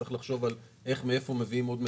צריך לחשוב על מאיפה מביאים עוד מקורות.